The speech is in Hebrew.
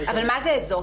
אבל מה זה אזור?